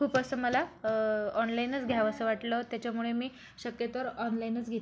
खूप असं मला ऑनलाइनच घ्यावंसं वाटलं त्याच्यामुळे मी शक्यतोवर ऑनलाइनच घेते